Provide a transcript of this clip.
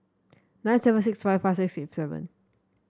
nine seven six five five six eight seven